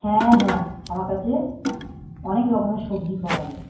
হ্যাঁ হ্যাঁ আমার কাছে অনেক রকমের সবজি পাওয়া যায়